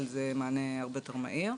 אבל זה מענה הרבה יותר מהיר.